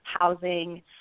housing